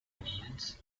means